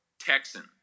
Texan